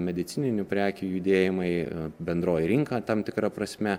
medicininių prekių judėjimai bendroji rinka tam tikra prasme